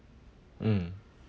mm